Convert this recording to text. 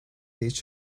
each